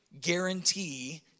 guarantee